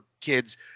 kids